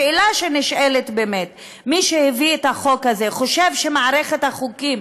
השאלה שנשאלת היא באמת: מי שהביא את החוק הזה חושב שמערכת החוקים